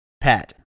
pet